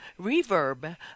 reverb